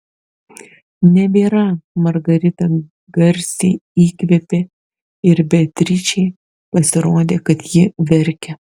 nebėra margarita garsiai įkvėpė ir beatričei pasirodė kad ji verkia